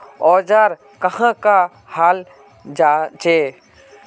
औजार कहाँ का हाल जांचें?